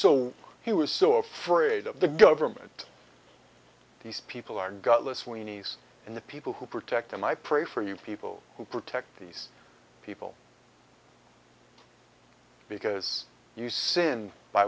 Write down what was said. so he was so afraid of the government these people are godless weenies and the people who protect them i pray for you people who protect these people because you sin by